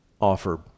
offer